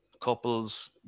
couples